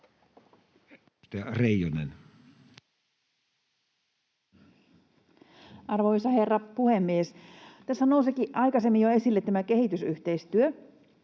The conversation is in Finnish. Arvoisa herra puhemies! Tässä nousikin aikaisemmin jo esille tämä kehitysyhteistyö.